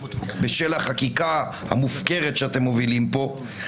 בשל החקיקה המופקרת שאתם מובילים פה,